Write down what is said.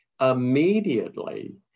immediately